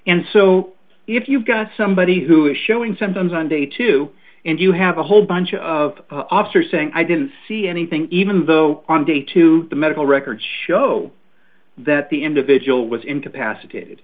and so if you've got somebody who is showing symptoms on day two and you have a whole bunch of officers saying i didn't see anything even though on day two the medical records show that the individual was incapacitated